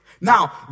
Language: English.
Now